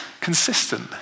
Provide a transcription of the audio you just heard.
consistent